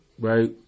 Right